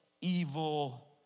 evil